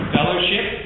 Fellowship